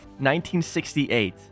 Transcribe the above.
1968